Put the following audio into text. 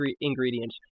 ingredients